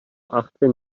achtzehn